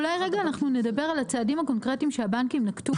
אולי רגע אנחנו נדבר על הצעדים הקונקרטיים שהבנקים נקטו.